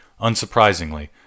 Unsurprisingly